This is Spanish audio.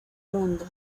mundo